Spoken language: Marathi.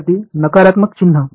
विद्यार्थीः नकारात्मक चिन्ह